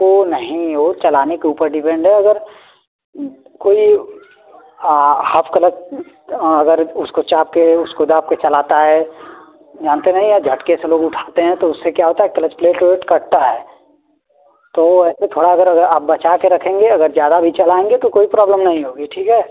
वो नहीं वो चलाने के ऊपर डिपेंड है अगर कोई हाफ कलच अगर उसको चाप के उसको दबा कर चलाता है जानते नई हैं झटके से लोग उठाते हैं तो उससे क्या होता है क्लच प्लेट ओलेट कटता है तो ऐसे थोड़ा अगर अगर आप बचा कर रखेंगे अगर ज़्यादा भी चलाएँगे तो कोई प्रॉब्लम नहीं होगी ठीक है